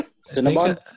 Cinnamon